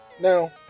Now